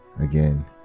again